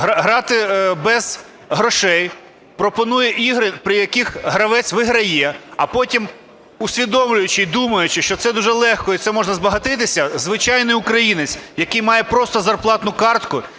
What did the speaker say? грати без грошей, пропонує ігри, при яких гравець виграє, а потім, усвідомлюючи і думаючи, що це дуже легко і це можна збагатитися, звичайний українець, який має просто зарплатну картку,